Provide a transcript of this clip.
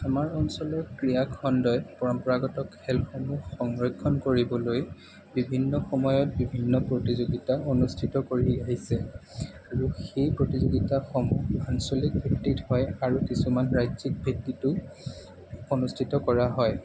আমাৰ অঞ্চলত ক্ৰীড়া খণ্ডই পৰম্পৰাগত খেলসমূহ সংৰক্ষণ কৰিবলৈ বিভিন্ন সময়ত বিভিন্ন প্ৰতিযোগিতা অনুষ্ঠিত কৰি আহিছে আৰু সেই প্ৰতিযোগিতাসমূহ আঞ্চলিক ভিত্তিত হয় আৰু কিছুমান ৰাজ্যিক ভিত্তিটো অনুষ্ঠিত কৰা হয়